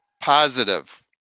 Positive